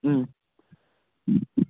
ꯎꯝ